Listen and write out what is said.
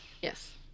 Yes